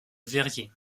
verrier